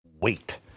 Wait